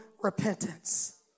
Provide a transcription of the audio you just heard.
repentance